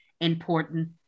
important